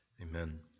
Amen